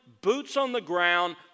boots-on-the-ground